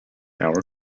our